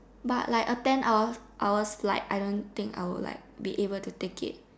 but like a ten hours hours flight I don't think like I'll be able to take it